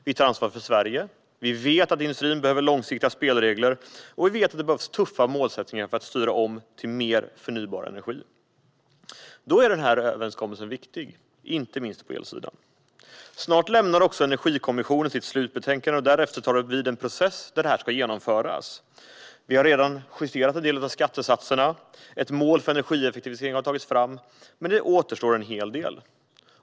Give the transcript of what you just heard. Vi tar ansvar för Sverige. Vi vet att industrin behöver långsiktiga spelregler, och vi vet att det behövs tuffa målsättningar för att ställa om till mer förnybar energi. Då är den här överenskommelsen viktig, inte minst på elsidan. Snart lämnar Energikommissionen sitt slutbetänkande, och därefter tar en process vid där detta ska genomföras. Vi har redan justerat en del av skattesatserna, och ett mål för energieffektivisering har tagits fram. Men det återstår en hel del.